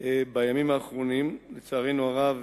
לצערנו הרב,